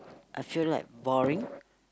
I feel like boring